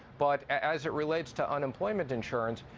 but as it relates to unemployment insurance,